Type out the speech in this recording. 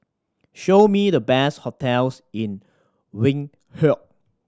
show me the best hotels in Windhoek